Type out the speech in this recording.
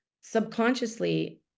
subconsciously